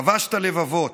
כבשת לבבות.